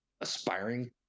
aspiring